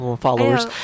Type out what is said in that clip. followers